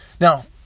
Now